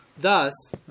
Thus